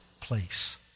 place